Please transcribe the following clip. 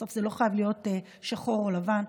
בסוף זה לא חייב להיות שחור או לבן,